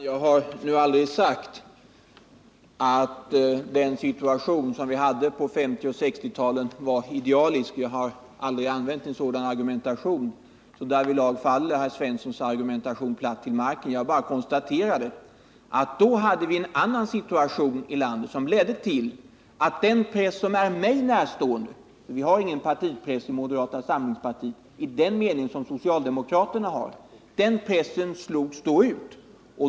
Herr talman! Jag har aldrig sagt att den situation som vi hade på 1950 och 1960-talen var idealisk — jag har aldrig fört en sådan argumentation — därvidlag faller Olle Svenssons resonemang platt till marken. Jag konstaterade bara att vi då hade en annan situation i landet som ledde till att en del av den press som är mig närstående — vi i moderata samlingspartiet har ingen partipress i den mening som socialdemokraterna har — slogs ut.